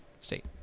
State